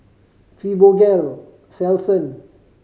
Fibogel Selsun